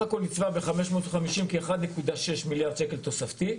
הכל נצבע ב-550 כ-1.6 מיליארד שקלים תוספתי,